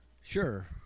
Sure